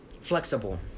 flexible